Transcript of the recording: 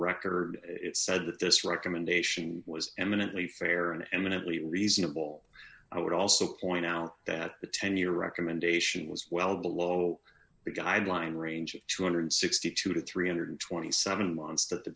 record it said that this recommendation was eminently fair an eminently reasonable i would also point out that the ten year recommendation was well below the guideline range of two hundred and sixty two two thousand three hundred and twenty seven months that the